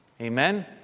amen